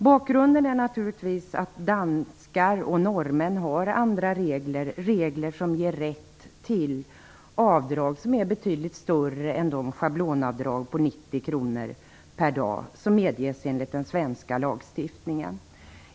Bakgrunden är naturligtvis att danskar och norrmän har andra regler som ger rätt till avdrag, vilka är betydligt större än de schablonavdrag på 90 kr per dag som medges enligt den svenska lagstiftningen.